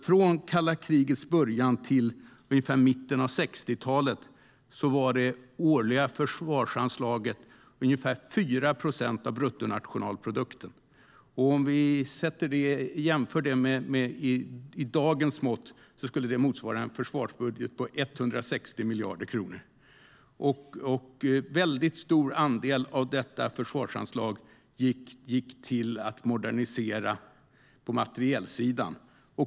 Från kalla krigets början till ungefär mitten av 60-talet var det årliga försvarsanslaget ca 4 procent av bruttonationalprodukten. För att sätta det i ett storlekssammanhang skulle detta med dagens mått motsvara en försvarsbudget på 160 miljarder kronor. En stor andel av försvarsanslaget gick till att modernisera på materielsidan.